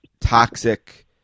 toxic